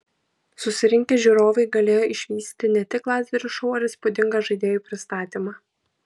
susirinkę žiūrovai galėjo išvysti ne tik lazerių šou ar įspūdingą žaidėjų pristatymą